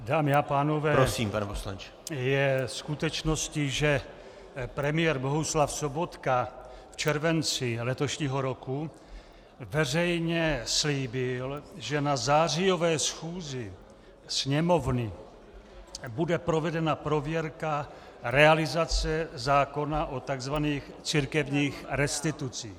Dámy a pánové, je skutečností, že premiér Bohuslav Sobotka v červenci letošního roku veřejně slíbil, že na zářijové schůzi Sněmovny bude provedena prověrka realizace zákona o tzv. církevních restitucích.